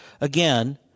again